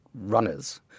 runners